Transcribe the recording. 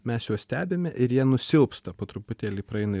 mes juos stebime ir jie nusilpsta po truputėlį praeina